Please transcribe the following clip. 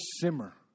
simmer